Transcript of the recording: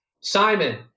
Simon